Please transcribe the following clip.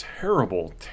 terrible